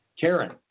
Karen